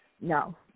No